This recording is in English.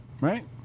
Right